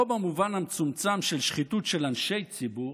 לא במובן המצומצם של שחיתות של אנשי ציבור,